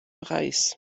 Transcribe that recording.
preis